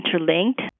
interlinked